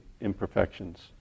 imperfections